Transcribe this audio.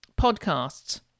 podcasts